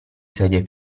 sedie